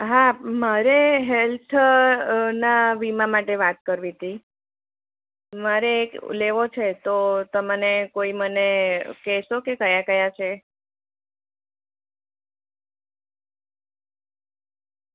હા મારે હેલ્થ ના વીમા માટે વાત કરવી હતી મારે એક લેવો છે તો તમને મને કોઈ કહેશો કે ક્યા ક્યા છે